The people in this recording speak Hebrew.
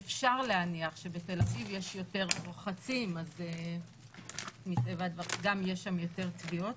אפשר להניח שבתל-אביב יש יותר רוחצים אז גם יש שם יותר טביעות.